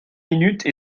minutes